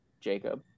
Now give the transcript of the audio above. Jacob